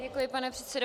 Děkuji, pane předsedo.